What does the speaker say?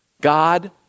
God